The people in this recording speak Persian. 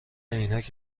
عینک